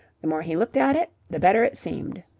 the more he looked at it, the better it seemed.